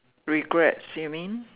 regrets you mean